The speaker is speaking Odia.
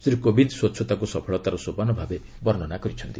ଶ୍ରୀ କୋବିନ୍ଦ ସ୍ୱଚ୍ଛତାକୁ ସଫଳତାର ସୋପାନ ଭାବେ ବର୍ଷ୍ଣନା କରିଛନ୍ତି